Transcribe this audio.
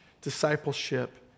discipleship